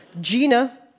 Gina